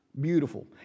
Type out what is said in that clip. beautiful